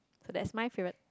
so that's my favourite